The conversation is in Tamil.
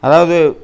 அதாவது